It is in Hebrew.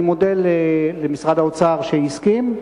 אני מודה למשרד האוצר שהסכים,